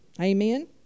Amen